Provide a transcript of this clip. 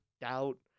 doubt